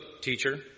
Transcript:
teacher